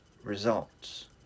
results